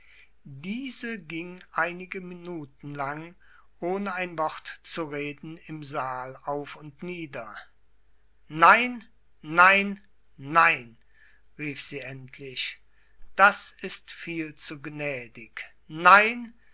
diese ging einige minuten lang ohne ein wort zu reden im saal auf und nieder nein nein nein rief sie endlich das ist viel zu gnädig nein